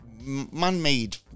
man-made